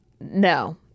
No